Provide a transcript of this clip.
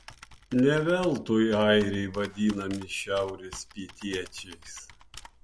ne veltui airiai vadinami šiaurės pietiečiais